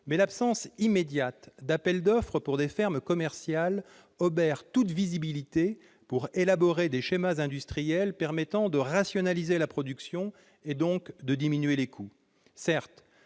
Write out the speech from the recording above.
mais l'absence immédiate d'appels d'offres pour des fermes commerciales obère toute visibilité pour élaborer des schémas industriels permettant de rationaliser la production, donc de diminuer les coûts.